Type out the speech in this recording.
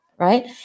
Right